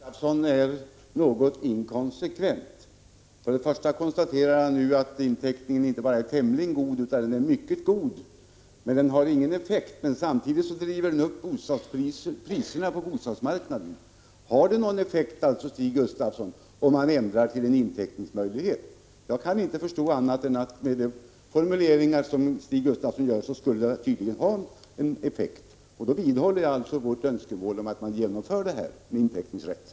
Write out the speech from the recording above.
Fru talman! Jag måste säga att Stig Gustafsson är något inkonsekvent. Han konstaterar nu att inteckningen inte bara är tämligen god utan mycket god, men den har ingen effekt. Men samtidigt driver den upp priserna på bostadsmarknaden. Har det någon effekt, Stig Gustafsson, om man inför möjlighet till inteckning? Jag kan inte förstå annat än att det med Stig Gustafssons formulering tydligen skulle ha en effekt. Då vidhåller jag alltså vårt önskemål om att man inför inteckningsrätten.